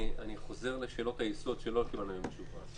אני מוסיף לבחינה גם את הדבר הזה,